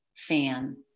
Fan